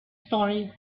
story